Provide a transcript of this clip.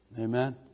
Amen